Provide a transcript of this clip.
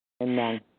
Amen